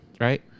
right